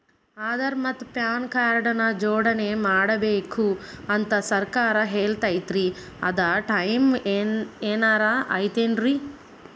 ಆಧಾರ ಮತ್ತ PAN card ನ ಜೋಡಣೆ ಮಾಡ್ಬೇಕು ಅಂತಾ ಸರ್ಕಾರ ಹೇಳೈತ್ರಿ ಅದ್ಕ ಟೈಮ್ ಏನಾರ ಐತೇನ್ರೇ?